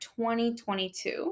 2022